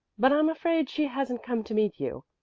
but i'm afraid she hasn't come to meet you.